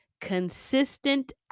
Consistent